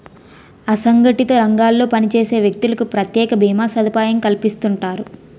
అసంగటిత రంగాల్లో పనిచేసే వ్యక్తులకు ప్రత్యేక భీమా సదుపాయం కల్పిస్తుంటారు